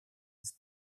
без